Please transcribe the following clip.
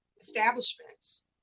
establishments